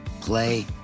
play